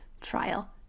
trial